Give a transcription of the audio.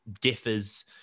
differs